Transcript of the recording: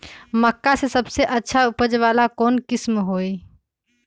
मक्का के सबसे अच्छा उपज वाला कौन किस्म होई?